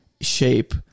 shape